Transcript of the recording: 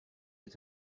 est